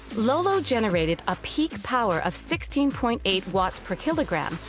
lolo generated a peak power of sixteen point eight watts per kilogram,